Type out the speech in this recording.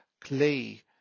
clay